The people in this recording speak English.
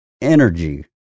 energy